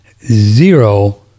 zero